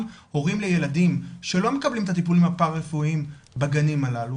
הורים לילדים שלא מקבלים את הטיפולים הפרא רפואיים בגנים הללו,